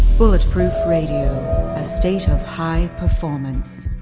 bulletproof radio. a stage of high performance